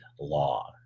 law